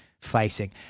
facing